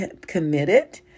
committed